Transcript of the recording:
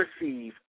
receive